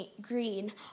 green